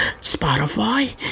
Spotify